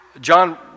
John